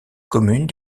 commune